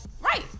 Right